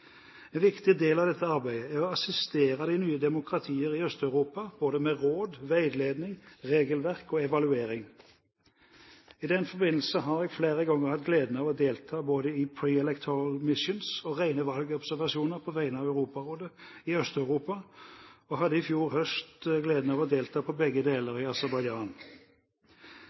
En viktig del av dette arbeidet er å assistere de nye demokratiene i Øst-Europa både med råd, veiledning, regelverk og evaluering. I den forbindelse har jeg flere ganger hatt gleden av å delta både i pre-electoral missions og rene valgobservasjoner på vegne av Europarådet i Øst-Europa, og hadde i fjor høst gleden av å delta på begge deler i